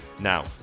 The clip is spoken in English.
Now